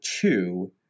two